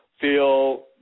feel